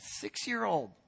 six-year-old